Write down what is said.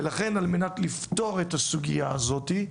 ולכן על מנת לפתור את הסוגיה הזאת,